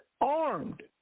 armed